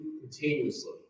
continuously